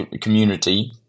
community